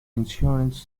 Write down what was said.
insurance